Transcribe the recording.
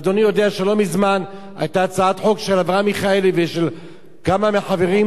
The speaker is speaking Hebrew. ואדוני יודע שלא מזמן היתה הצעת חוק של אברהם מיכאלי ושל כמה מהחברים,